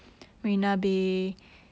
marina bay